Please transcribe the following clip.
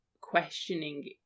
questioning